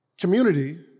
Community